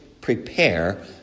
prepare